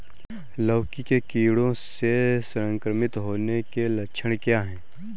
लौकी के कीड़ों से संक्रमित होने के लक्षण क्या हैं?